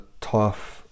tough